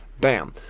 Bam